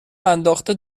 انداخته